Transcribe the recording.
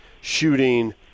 shooting